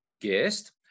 guest